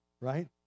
right